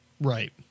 Right